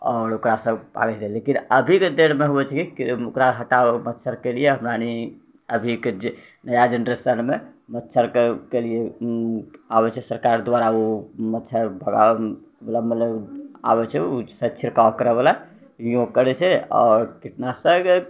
आओर ओकरा सभ भागै छलेह लेकिन अभिके बेरमे होइ छै कि ओकरा हटाबै मच्छरके लिअ हमरारि अभिके जे नया जेनेरेशनमे मच्छर के के लिअ आबै छै सरकार दुआरा ओ मच्छर भगाबै बला मतलब आबै छै ओ सँ छिड़काव करै बला ओ करै छै आओर कीटनाशक